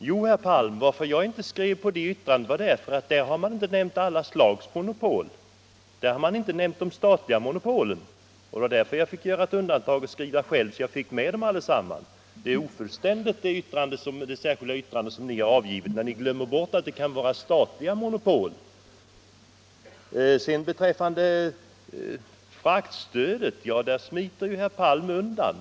Herr talman! Att jag inte skrev under det där särskilda yttrandet, herr Palm, berodde på att där har man inte nämnt alla slags monopol; man talar nämligen inte om det statliga monopolet. Det var därför jag måste skriva själv, så att jag fick med dem allesammans. Det särskilda yttrandet som ni har avgivit är ofullständigt, när ni glömmer att det också kan finnas statliga monopol. I frågan om fraktstödet smiter herr Palm undan.